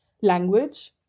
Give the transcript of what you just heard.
language